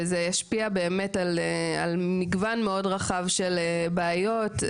וזה ישפיע באמת על מגוון מאוד רחב של בעיות.